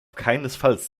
keinesfalls